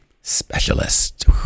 specialist